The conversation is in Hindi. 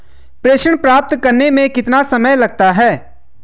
प्रेषण प्राप्त करने में कितना समय लगता है?